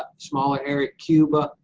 smaller area, cuba,